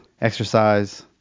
exercise